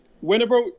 whenever